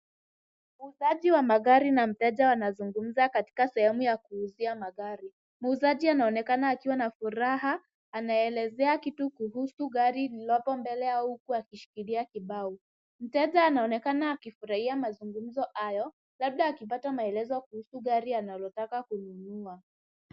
Muuzaji wa magari na mteja wanazungumza katika sehemu ya kuuzia magari. Muuzaji anaonekana akiwa na furaha. Anaelezea kitu kuhusu gari liliko mbele yao huku akishikilia kibao. Mteja anaonekana akifurahia mazungumzo hayo panda akipata maelezo kuhusu gsri analotaka kununua.